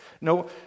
No